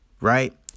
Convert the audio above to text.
right